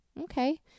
okay